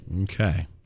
Okay